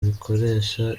bikoresha